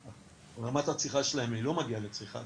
שרמת הצריכה שלהם היא לא מגיעה לצריכת